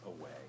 away